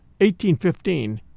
1815